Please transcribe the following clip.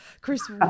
Chris